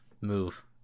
move